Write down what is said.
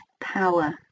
power